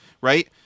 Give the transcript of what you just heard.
right